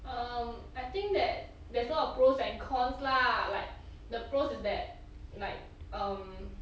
um I think that there's a lot of pros and cons lah like the pros is that like um